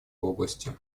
области